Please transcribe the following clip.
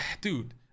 dude